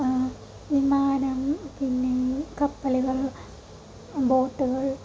വിമാനം പിന്നേ കപ്പലുകൾ ബോട്ടുകൾ